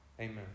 Amen